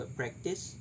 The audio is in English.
practice